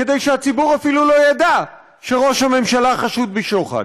כדי שהציבור אפילו לא ידע שראש הממשלה חשוד בשוחד.